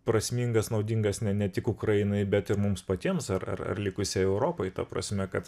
prasmingas naudingas ne ne tik ukrainai bet ir mums patiems ar ar ar likusiai europai ta prasme kad